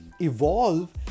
evolve